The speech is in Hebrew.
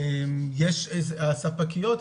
הספקיות,